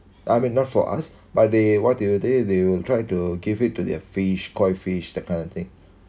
I mean not for us but what they will did was they will try to give it to their fish koi fish that kind of thing